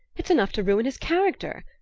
it's enough to ruin his character.